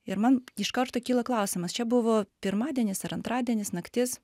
ir man iš karto kyla klausimas čia buvo pirmadienis ar antradienis naktis